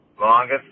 longest